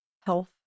health